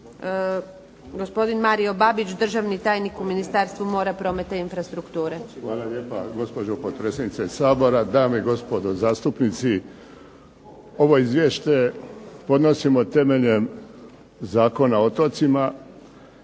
gospodin Mario Babić, državni tajnik u Ministarstvu mora, prometa i infrastrukture. **Babić, Mario** Hvala lijepo gospođo potpredsjednice Sabora, dame i gospodo zastupnici. Ovo izvješće podnosimo temeljem Zakona o otocima,